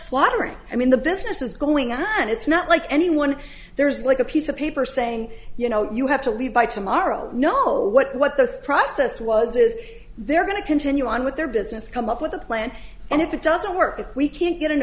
slaughtering i mean the business is going on it's not like anyone there's like a piece of paper saying you know you have to leave by tomorrow no what the process was is they're going to continue on with their business come up with the plan and if it doesn't work if we can't get an